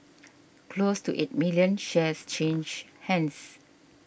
close to eight million shares changed hands